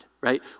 right